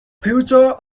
future